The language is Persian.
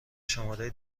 شماره